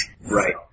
Right